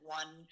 one